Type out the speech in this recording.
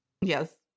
Yes